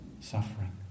suffering